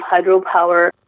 hydropower